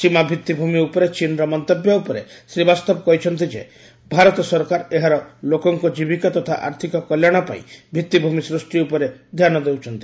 ସୀମା ଭିତ୍ତିଭୂମି ଉପରେ ଚୀନ୍ର ମନ୍ତବ୍ୟ ଉପରେ ଶ୍ରୀବାସ୍ତବ କହି ଛନ୍ତି ଯେ ଭାରତ ସରକାର ଏହାର ଲୋକଙ୍କ ଜୀବିକା ତଥା ଆର୍ଥକ କଲ୍ୟାଶ ପାଇଁ ଭିତ୍ତିଭୂମି ସୃଷ୍ଟି ଉପରେ ଧ୍ୟାନ ଦେଉଛନ୍ତି